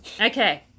Okay